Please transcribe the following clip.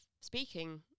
speaking